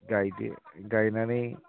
गायदो गायनानै